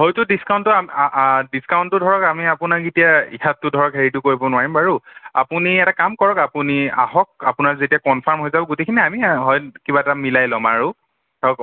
হয়তো ডিছকাউণ্টটো ডিছকাউণ্টটো ধৰক আমি আপোনাক এতিয়া ইয়াততো ধৰক হেৰিতো কৰিব নোৱাৰিম বাৰু আপুনি এটা কাম কৰক আপুনি আহক আপোনাৰ যেতিয়া কনফাৰ্ম হৈ যাব গোটেইখিনি আমি হয় কিবা এটা মিলাই ল'ম আৰু